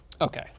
Okay